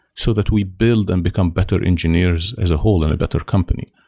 so that we build and become better engineers as a whole and a better company.